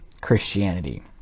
Christianity